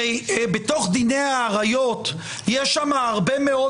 הרי בתוך דיני העריות יש הרבה מאוד